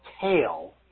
tail